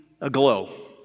aglow